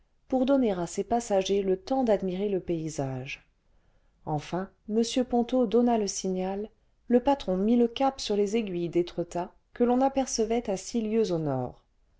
pour donner à ses passagers le temps d'admirer le paysage enfin m ponto donna le signal le patron mit le cap sur les aiguilles d'étretat que l'on apercevait à six lieues au nord